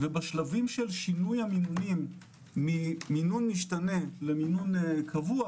ובשלבים של שינוי המינונים ממינון משתנה לקבוע